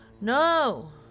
No